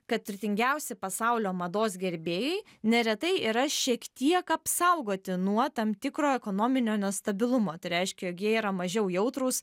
kad turtingiausi pasaulio mados gerbėjai neretai yra šiek tiek apsaugoti nuo tam tikro ekonominio nestabilumo tai reiškia jog jie yra mažiau jautrūs